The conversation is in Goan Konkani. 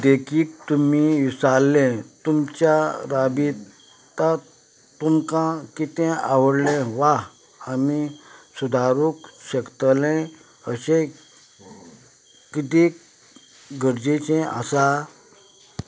देखीक तुमी विचारलें तुमच्या राबित्यांत तुमकां कितें आवडलें वा आमी सुदारूंक शकतले अशें कितें गरजेचें आसा